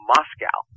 Moscow